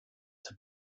der